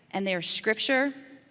and they're scripture,